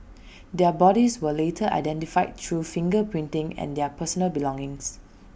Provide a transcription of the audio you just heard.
their bodies were later identified through finger printing and their personal belongings